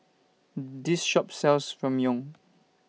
This Shop sells Ramyeon